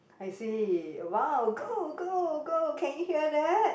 I see !wow! go go go can you hear that